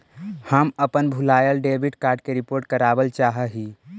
हम अपन भूलायल डेबिट कार्ड के रिपोर्ट करावल चाह ही